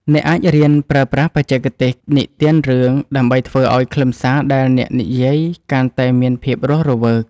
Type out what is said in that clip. អ្នកអាចរៀនប្រើប្រាស់បច្ចេកទេសនិទានរឿង ដើម្បីធ្វើឱ្យខ្លឹមសារដែលអ្នកនិយាយកាន់តែមានភាពរស់រវើក។